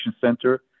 Center